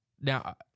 Now